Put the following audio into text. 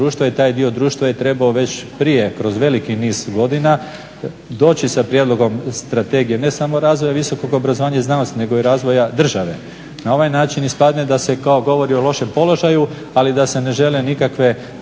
i taj dio društva je trebao već prije kroz veliki niz godina doći sa prijedlogom strategije, ne samo razvoja visokog obrazovanja i znanosti nego i razvoja države. Na ovaj način ispadne da se kao govori o lošem položaju, ali da se ne žele nikakve promjene